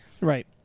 Right